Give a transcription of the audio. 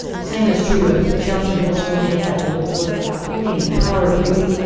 same is true with challenger middle school, they had a little blurb about reading and the power of reading.